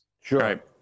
Sure